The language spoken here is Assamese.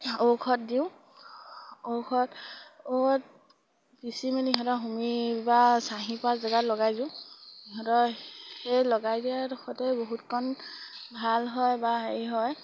ঔষধ দিওঁ ঔষধ ঔষধ পিচি মেলি সিহঁতক হুমি বা চাহীয়ে খোৱা জেগাত লগাই দিওঁ সিহঁতৰ সেই লগাই দিয়াৰডোখৰতে বহুতকণ ভাল হয় বা হেৰি হয়